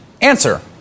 Answer